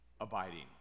Abiding